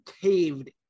caved